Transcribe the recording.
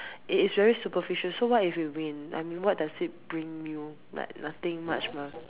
it is very superficial so what if you win I mean what does it bring you like nothing much mah